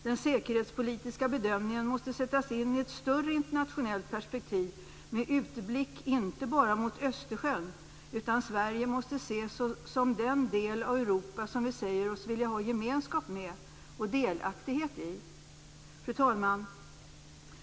Den säkerhetspolitiska bedömningen måste sättas in i ett större internationellt perspektiv med utblick inte bara mot Östersjön. Sverige måste ses som en del av det Europa som vi säger oss vilja ha gemenskap med och delaktighet i. Fru talman!